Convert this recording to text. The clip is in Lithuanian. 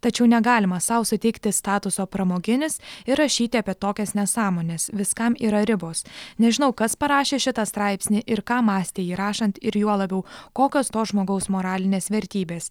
tačiau negalima sau suteikti statuso pramoginis ir rašyti apie tokias nesąmones viskam yra ribos nežinau kas parašė šitą straipsnį ir ką mąstė jį rašant ir juo labiau kokios to žmogaus moralinės vertybės